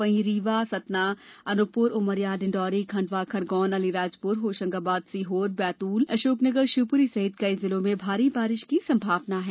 वहीं रीवा सतना अनूपपुर उमरिया डिंडौरी खंडवा खरगोन अलीराजपुर होशंगाबाद सीहोर बैतूल अशोकनगर शिवपुरी सहित कई जिलों में भारी बारिश की संभावना है